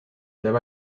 there